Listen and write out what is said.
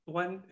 one